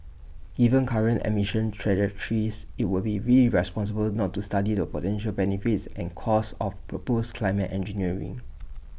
given current emissions trajectories IT would be irresponsible not to study the potential benefits and costs of proposed climate engineering